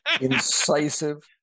incisive